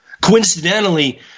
Coincidentally